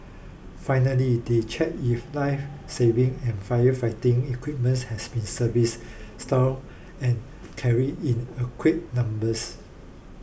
finally they check if lifesaving and firefighting equipments has been service stow and carry in adequate numbers